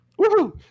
Woohoo